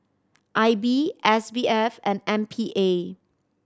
I B S B F and M P A